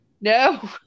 No